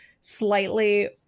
slightly